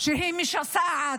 שהיא משסעת,